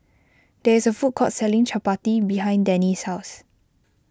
there is a food court selling Chapati behind Dannie's house